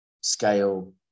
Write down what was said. Scale